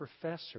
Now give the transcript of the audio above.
professor